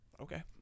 Okay